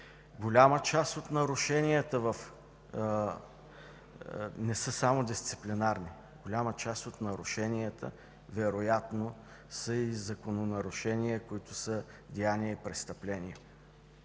Голяма част от нарушенията не са само дисциплинарни. Голяма част от нарушенията вероятно са и закононарушения, които са деяние „престъпление”.